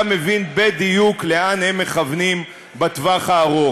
אתה מבין בדיוק לאן הם מכוונים בטווח הארוך.